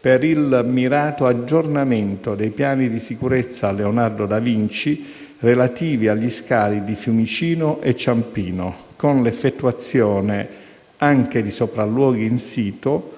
per il mirato aggiornamento dei piani di sicurezza Leonardo Da Vinci relativi agli scali di Fiumicino e Ciampino, con l'effettuazione anche di sopralluoghi *in situ*,